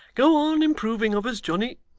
go on improving of us, johnny